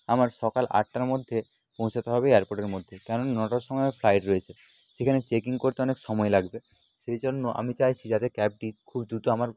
আমার সকাল আটটার মধ্যে পৌঁছাতে হবে এয়ারপোর্টের মধ্যে কেননা নটার সময় ফ্লাইট রয়েছে সেখানে চেক ইন করতে অনেক সময় লাগবে সেই জন্য আমি চাইছি যাতে ক্যাবটি খুব দ্রুত আমার